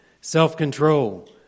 self-control